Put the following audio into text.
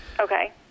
Okay